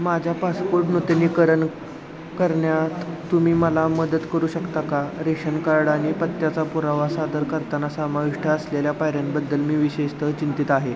माझ्या पासपोट नूतनीकरण करण्यात तुम्ही मला मदत करू शकता का रेशन कार्ड आणि पत्त्याचा पुरावा सादर करताना समाविष्ट असलेल्या पायऱ्यांबद्दल मी विशेषतः चिंतित आहे